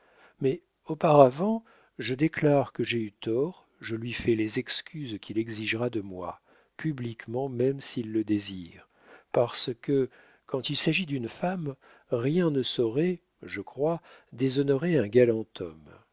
mais auparavant je déclare que j'ai eu tort je lui fais les excuses qu'il exigera de moi publiquement même s'il le désire parce que quand il s'agit d'une femme rien ne saurait je crois déshonorer un galant homme